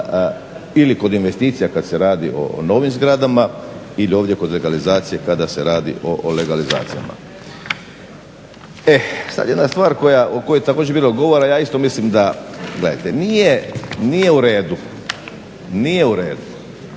ili kod investicija kad se radi o novim zgradama ide ovdje kod legalizacije kada se radi o legalizacijama. E sad jedna stvar o kojoj je također bilo govora. Ja isto mislim da gledajte, nije u redu da netko